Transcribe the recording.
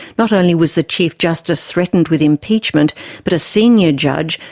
not only was the chief justice threatened with impeachment but a senior judge,